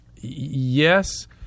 Yes